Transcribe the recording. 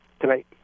tonight